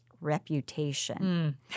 reputation